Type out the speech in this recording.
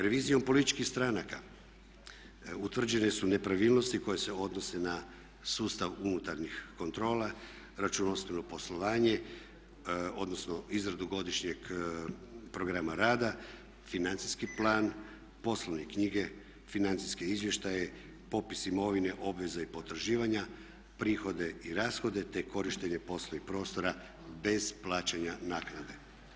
Revizijom političkih stranaka utvrđene su nepravilnosti koje se odnose na sustav unutarnjih kontrola, računovodstveno poslovanje, odnosno izradu godišnjeg programa rada, financijski plan, poslovne knjige, financijske izvještaje, popis imovine obveza i potraživanja, prihode i rashode, te korištenje poslovnih prostora bez plaćanja naknade.